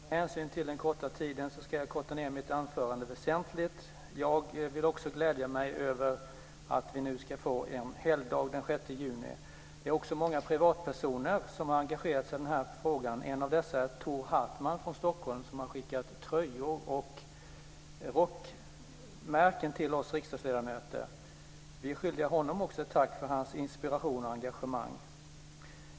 Herr talman! Med hänsyn till den korta tiden ska jag korta ned mitt anförande väsentligt. Jag vill också glädja mig över att vi nu ska få en helgdag den 6 juni. Det är också många privatpersoner som har engagerat sig i den här frågan. En av dem är Thor Hartman från Stockholm som har skickat tröjor och rockmärken till oss riksdagsledamöter. Vi är skyldiga också honom ett tack för hans inspiration och engagemang.